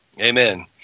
Amen